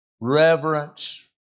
reverence